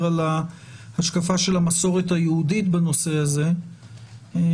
על ההשקפה של המסורת היהודית בנושא הזה,